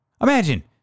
Imagine